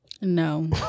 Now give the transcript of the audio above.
No